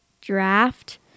draft